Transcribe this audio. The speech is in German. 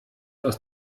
aus